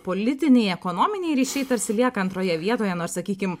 politiniai ekonominiai ryšiai tarsi lieka antroje vietoje nors sakykim